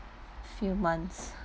few months